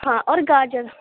ہاں اور گاجر